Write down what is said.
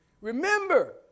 Remember